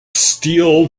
steel